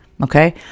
Okay